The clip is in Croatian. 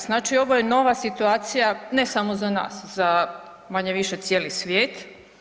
Znači ovo je nova situacija ne samo za nas, za manje-više cijeli svijet.